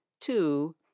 Two